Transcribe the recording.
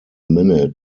minute